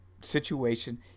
situation